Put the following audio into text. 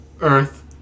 Earth